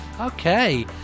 Okay